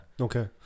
Okay